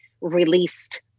released